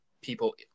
people